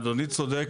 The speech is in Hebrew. אדוני צודק.